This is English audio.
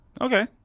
Okay